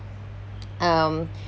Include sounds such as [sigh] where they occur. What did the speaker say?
um [breath]